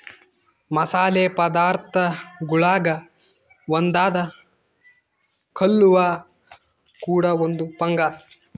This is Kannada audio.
ಮಸಾಲೆ ಪದಾರ್ಥಗುಳಾಗ ಒಂದಾದ ಕಲ್ಲುವ್ವ ಕೂಡ ಒಂದು ಫಂಗಸ್